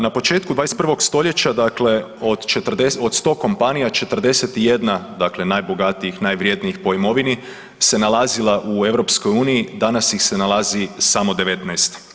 Na početku 21. st. dakle od 100 kompanija, 41 dakle, najbogatijih, najvrjednijih po imovini, se nalazila u EU, danas ih se nalazi samo 19.